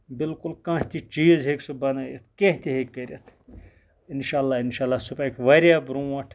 بِلکُل کانہہ تہِ چیٖز ہیٚکہِ سُہ بَنٲوِتھ کیٚنٛہہ تہِ ہٮ۪کہِ کٔرِتھ انشاءاللہ انشاءاللہ سُہ پَکہِ واریاہ برونٹھ